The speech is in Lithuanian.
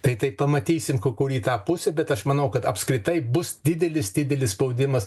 tai tai pamatysim ko kur į tą pusę bet aš manau kad apskritai bus didelis didelis spaudimas